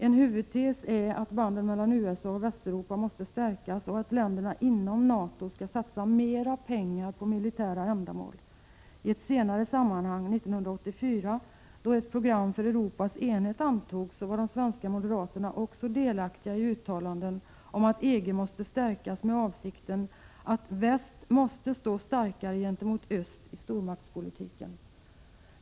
En huvudtes i detta program är att banden mellan USA och Västeuropa måste stärkas och att länderna inom NATO skall satsa mer pengar på militära ändamål. I ett senare sammanhang 1984, då ett program för Europas enhet antogs, var de svenska moderaterna också delaktiga i uttalanden om att EG måste stärkas med avsikten att väst måste stå starkare gentemot öst i stormaktspolitiken.